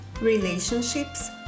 relationships